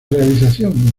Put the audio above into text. realización